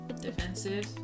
Defensive